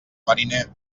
mariner